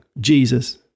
Jesus